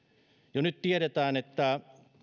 jo nyt tiedetään että